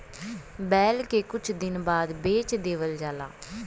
बैल के कुछ दिन बाद बेच देवल जाला